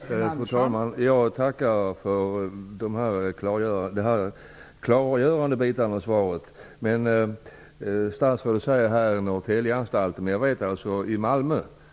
Det vill jag också nämna i det här sammanhanget, även om det är för tidigt att säga vad som kommer ut av det arbetet.